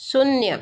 शून्य